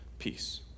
peace